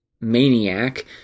maniac